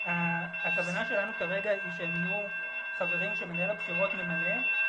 הכוונה שלנו כרגע היא שהם יהיו חברים שמנהל הבחירות ממנה.